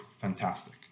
fantastic